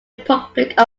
republic